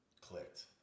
clicked